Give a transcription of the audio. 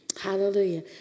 Hallelujah